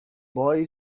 boy